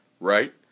Right